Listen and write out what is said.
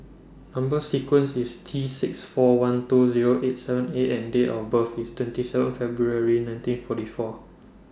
Number sequence IS T six four one two Zero eight seven A and Date of birth IS twenty seven February nineteen forty four